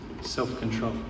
self-control